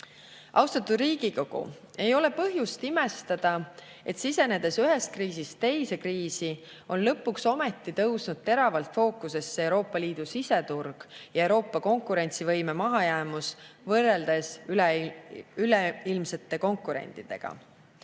Austatud Riigikogu! Ei ole põhjust imestada, et sisenedes ühest kriisist teise kriisi, on lõpuks ometi tõusnud teravalt fookusse Euroopa Liidu siseturg ja Euroopa konkurentsivõime mahajäämus võrreldes üleilmsete konkurentidega.